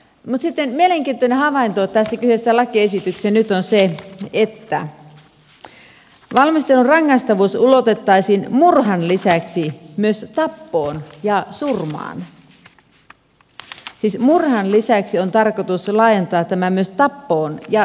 mutta sitten mielenkiintoinen havainto tässä kyseisessä lakiesityksessä nyt on se että valmistelun rangaistavuus ulotettaisiin murhan lisäksi myös tappoon ja surmaan siis murhan lisäksi on tarkoitus laajentaa tämä myös tappoon ja surmaan